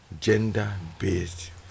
gender-based